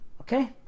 okay